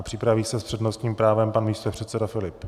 Připraví se s přednostním právem pan místopředseda Filip.